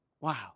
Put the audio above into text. Wow